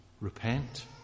repent